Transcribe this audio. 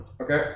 Okay